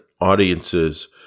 audiences